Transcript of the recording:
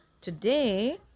today